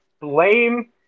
blame